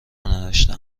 ننوشته